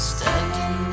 Standing